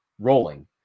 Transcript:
rolling